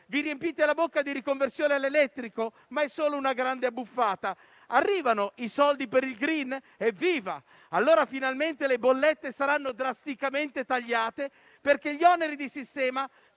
Vi riempite la bocca di riconversione all'elettrico, ma è solo una grande abbuffata. Arrivano i soldi per il *green*? Evviva! Allora finalmente le bollette saranno drasticamente tagliate, perché gli oneri di sistema